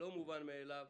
לא מובן מאליו.